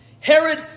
Herod